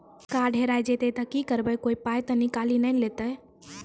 Card हेरा जइतै तऽ की करवै, कोय पाय तऽ निकालि नै लेतै?